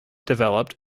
developed